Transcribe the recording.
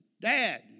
Dad